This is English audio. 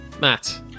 Matt